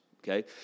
Okay